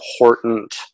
important